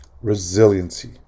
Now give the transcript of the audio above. Resiliency